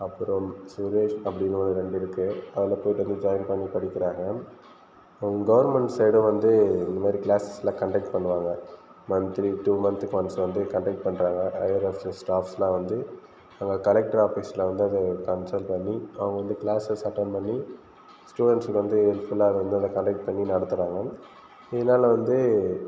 அப்புறம் சுரேஷ் அப்படின்னு ஒன்று ரெண்டு இருக்கு அதில் போய்ட்டு வந்து ஜாயின் பண்ணி படிக்கிறாங்க அவங்க கவர்மெண்ட் சைடும் வந்து இந்தமாதிரி கிளாஸ்லாம் கண்டெக்ட் பண்ணுவாங்க மன்த்லி டூ மன்த்துக்கு ஒன்ஸ் வந்து கண்டெக்ட் பண்றாங்க அதேமாதிரி ஸ்டாஃப்ஸ்லாம் வந்து அந்த கலெக்டர் ஆஃபீஸில் வந்து அதை கன்சல்ட் பண்ணி அவங்க வந்து கிளாஸஸ் அட்டன்ட் பண்ணி ஸ்டுடண்ட்ஸுக்கு வந்து ஃபுல்லாக வந்து அதை கண்டெக்ட் பண்ணி நடத்துறாங்க இதனால வந்து